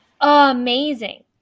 amazing